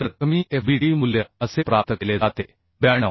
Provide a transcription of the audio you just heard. तर कमी f B d मूल्य असे प्राप्त केले जाते 92